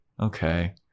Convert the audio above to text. okay